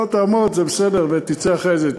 לא, תעמוד, זה בסדר, ותצא אחרי זה.